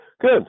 Good